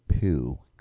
poo